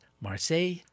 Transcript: Marseille